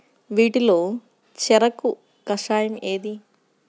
వీటిలో చెరకు కషాయం ఏది?